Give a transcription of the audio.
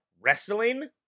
wrestling